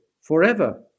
forever